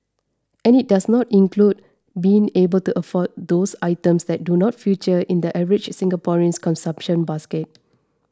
and it does not include being able to afford those items that do not feature in the average Singaporean's consumption basket